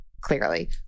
clearly